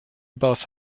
überaus